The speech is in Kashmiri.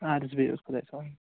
اَدٕ حظ بِہیٛو حظ خۄدایَس حوالہٕ